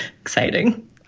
Exciting